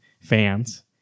fans